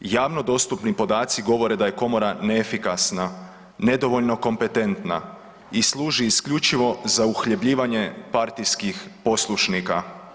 Javno dostupni podaci govore da je Komora neefikasna, nedovoljno kompetentna i služi isključivo za uhljebljivanje partijskih poslušnika.